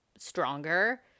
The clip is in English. stronger